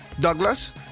Douglas